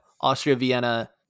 Austria-Vienna